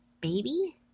baby